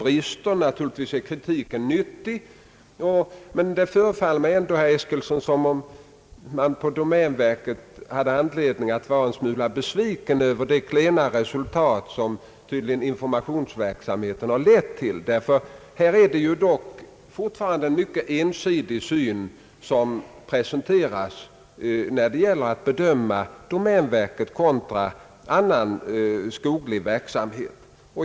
Kritiken är naturligtvis nyttig, men det förefaller mig, herr Eskilsson, som om man inom domänverket hade anledning att vara en smula besviken över det klena resultat som informationsverksamheten tydligen lett till. Det är dock fortfarande en mycket ensidig syn som presenteras när det gäller att bedöma domänverket kontra annan skoglig verksamhet.